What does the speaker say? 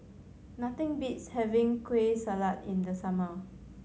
nothing beats having Kueh Salat in the summer